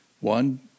One